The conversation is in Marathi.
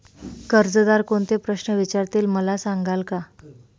कर्जदार कोणते प्रश्न विचारतील, मला सांगाल का?